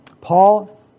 Paul